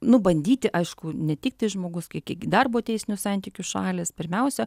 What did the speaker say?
nu bandyti aišku ne tiktai žmogus kiek darbo teisinių santykių šalys pirmiausia